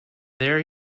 there